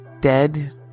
dead